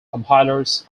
compilers